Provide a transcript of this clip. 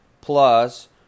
plus